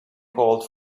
called